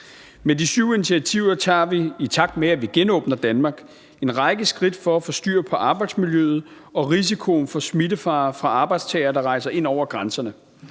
Med de syv initiativer tager vi, i takt med at vi genåbner Danmark, en række skridt for at få styr på arbejdsmiljøet og risikoen for smittefare fra arbejdstagere, der rejser ind over grænserne.